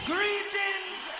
Greetings